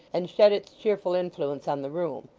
and shed its cheerful influence on the room.